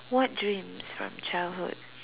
what dreams from childhood